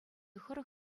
хӑрӑк